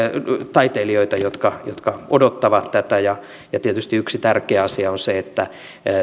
taiteilijoita jotka jotka odottavat tätä ja ja tietysti yksi tärkeä asia on se että